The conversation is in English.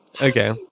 okay